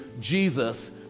Jesus